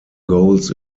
goals